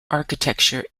architecture